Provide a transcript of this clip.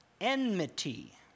enmity